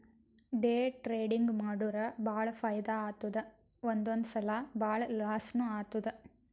day trading ಮಾಡುರ್ ಭಾಳ ಫೈದಾ ಆತ್ತುದ್ ಒಂದೊಂದ್ ಸಲಾ ಭಾಳ ಲಾಸ್ನೂ ಆತ್ತುದ್